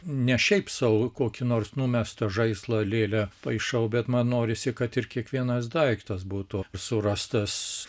ne šiaip sau kokį nors numestą žaislą lėlę paišau bet man norisi kad ir kiekvienas daiktas būtų surastas